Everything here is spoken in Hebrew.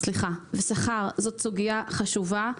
זה סוגיה חשובה.